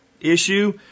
issue